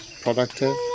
productive